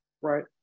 right